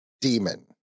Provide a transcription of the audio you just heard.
Demon